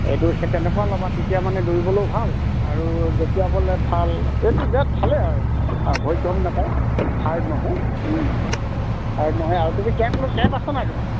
এইটো সেই তেনেকুৱা ল'বা তেতিয়া মানে দৌৰিবলৈয়ো ভাল আৰু যেতিয়া বলে ভাল এইটো জাত ভালেই আৰু এইটো অঁ ভৰিত গম নাপায় হাৰ্ড নহয় হাৰ্ড নহয় আৰু তুমি কেপ ল'বা কেপ আছে নাই তোমাৰ